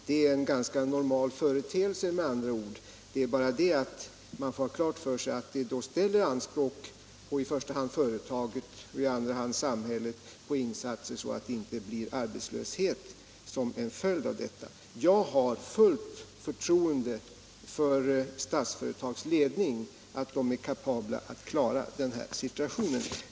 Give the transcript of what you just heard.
Det är med andra ord en ganska normal företeelse, men man måste ha klart för sig att vi i sådana fall ställer krav på insatser från i första hand företaget och i andra hand samhället, så att det inte uppstår arbetslöshet som en följd av detta. Jag har fullt förtroende för Statsföretags ledning och anser att man där är fullt kapabel att klara denna situation.